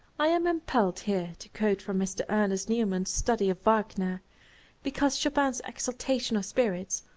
i am impelled here to quote from mr. earnest newman's study of wagner because chopin's exaltation of spirits,